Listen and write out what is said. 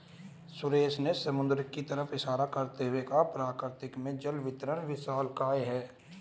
सुरेश ने समुद्र की तरफ इशारा करते हुए कहा प्रकृति में जल वितरण विशालकाय है